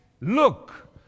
look